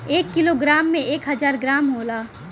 एक kilogram में एक हजार ग्राम होला